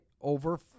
over